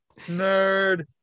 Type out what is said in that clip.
Nerd